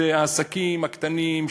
זה העסקים הקטנים,